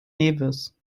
nevis